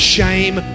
Shame